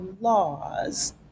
laws